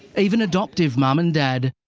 even adoptive mom and dad,